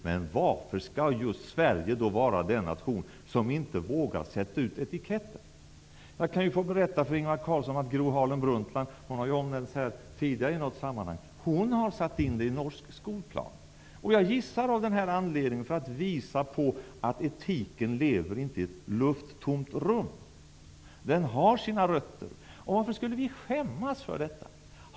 Men varför skulle just Sverige vara den nation som inte vågar sätta ut etiketter? Jag kan berätta för Ingvar Carlsson att Gro Harlem har infört detta i norsk skolplan. Jag gissar att hon har gjort det för att visa på att etiken inte lever i ett lufttomt rum, utan den har sina rötter. Varför skulle vi skämmas för det?